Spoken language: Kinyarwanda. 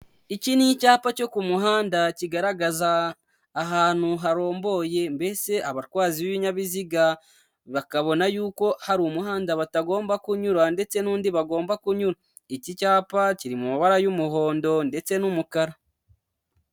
Iki ni icyapa cyo ku muhanda kigaragaza ahantu haromboye, mbese abatwazi b'ibinyabiziga bakabona yuko hari umuhanda batagomba kunyura ndetse n'undi bagomba kunyura, iki cyapa kiri mu mabara y'umuhondo ndetse n'umukara.